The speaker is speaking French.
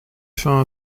fin